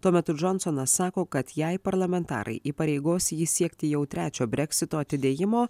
tuo metu džonsonas sako kad jei parlamentarai įpareigos jį siekti jau trečio breksito atidėjimo